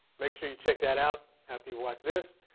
make sure you check that out after you watch this.